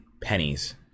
pennies